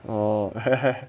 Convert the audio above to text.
哦 hehe